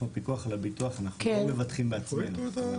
אנחנו פיקוח על הביטוח ואנחנו לא מבטחים בעצמנו.